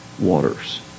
waters